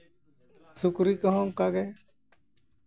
ᱥᱩᱠᱨᱤ ᱠᱚᱦᱚᱸ ᱚᱱᱠᱟᱜᱮ